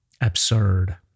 absurd